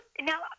Now